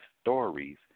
stories